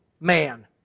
Man